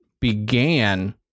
began